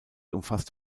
umfasst